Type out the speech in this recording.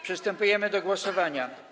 Przystępujemy do głosowania.